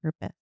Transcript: purpose